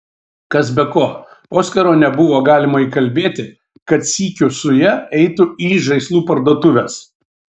kas be ko oskaro nebuvo galima įkalbėti kad sykiu su ja eitų į žaislų parduotuves